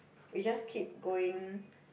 we just keep going